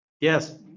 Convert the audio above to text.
Yes